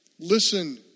Listen